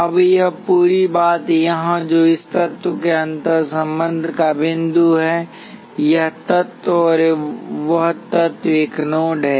अब यह पूरी बात यहाँ जो इस तत्व के अंतःसंबंध का बिंदु है यह तत्व और वह तत्व एक नोड है